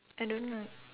I don't know